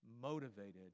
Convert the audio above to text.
motivated